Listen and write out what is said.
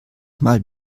mal